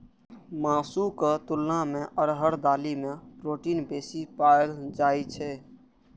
मासुक तुलना मे अरहर दालि मे प्रोटीन बेसी पाएल जाइ छै